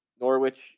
Norwich